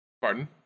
Pardon